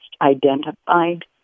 identified